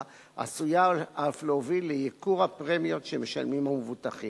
עשויים אף להוביל לייקור את הפרמיות שמשלמים המבוטחים.